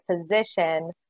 position